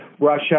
Russia